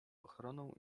ochroną